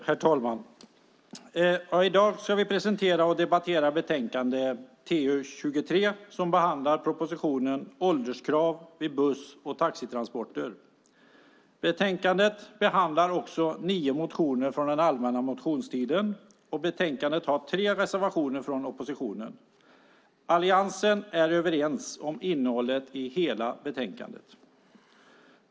Herr talman! I dag presenterar och debatterar vi betänkande TU23 som behandlar propositionen Ålderskrav vid buss och taxitransporter . Betänkandet behandlar också nio motioner från den allmänna motionstiden. Det finns tre reservationer från oppositionen i betänkandet. Alliansen är överens om innehållet i hela betänkandet.